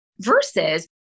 versus